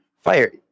Fire